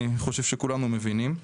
אני חושב שכולנו מבינים.